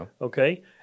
okay